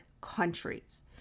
countries